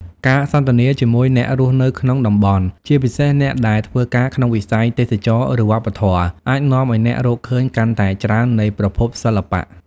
ការសន្ទនាជាមួយអ្នករស់នៅក្នុងតំបន់ ជាពិសេសអ្នកដែលធ្វើការក្នុងវិស័យទេសចរណ៍ ឬវប្បធម៌ អាចនាំឲ្យអ្នករកឃើញកាន់តែច្រើននៃប្រភពសិល្បៈ។